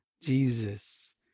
Jesus